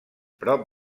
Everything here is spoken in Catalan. prop